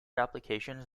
applications